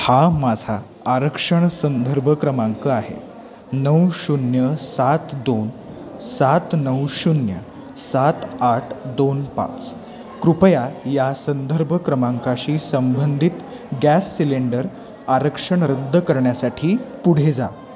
हा माझा आरक्षण संदर्भ क्रमांक आहे नऊ शून्य सात दोन सात नऊ शून्य सात आठ दोन पाच कृपया या संदर्भ क्रमांकाशी संबंधित गॅस सिलेंडर आरक्षण रद्द करण्यासाठी पुढे जा